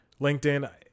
LinkedIn